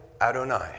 Adonai